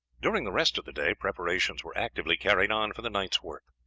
during the rest of the day preparations were actively carried on for the night's work.